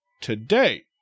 today